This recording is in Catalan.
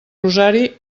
rosari